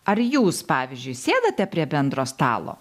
ar jūs pavyzdžiui sėdate prie bendro stalo